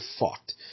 fucked